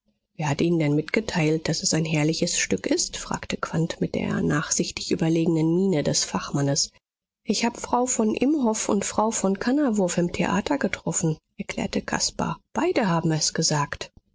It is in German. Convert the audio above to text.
wer hat ihnen denn mitgeteilt daß es ein herrliches stück ist fragte quandt mit der nachsichtig überlegenen miene des fachmannes ich hab frau von imhoff und frau von kannawurf im theater getroffen erklärte caspar beide haben es gesagt